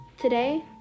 today